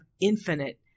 infinite